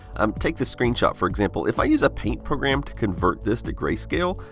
um take this screenshot, for example. if i use a paint program to convert this to grayscale,